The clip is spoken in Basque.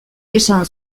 esan